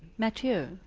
matthieu.